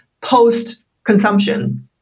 post-consumption